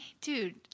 dude